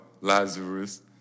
Lazarus